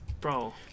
Bro